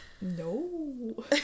No